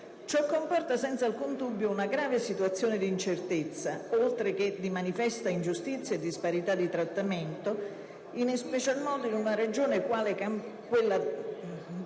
Ciò comporta, senza alcun dubbio, una grave situazione di incertezza, oltre che di manifesta ingiustizia e disparità di trattamento, in special modo in una regione, quale la